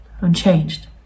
unchanged